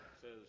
says